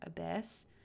abyss